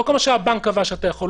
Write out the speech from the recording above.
לא כמה שהבנק קבע שאתה יכול,